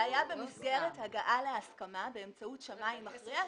זה היה במסגרת הגעה להסכמה באמצעות שמאי מכריע,